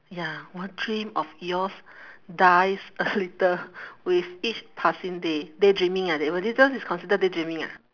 ya what dream of yours dies a little with each passing day daydreaming ah that one this one those is considered daydreaming ah